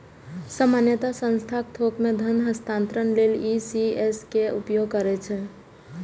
सामान्यतः संस्थान थोक मे धन हस्तांतरण लेल ई.सी.एस के उपयोग करै छै